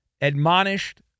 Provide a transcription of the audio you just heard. admonished